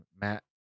Matt